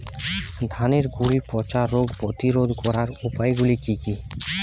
ধানের গুড়ি পচা রোগ প্রতিরোধ করার উপায়গুলি কি কি?